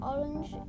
Orange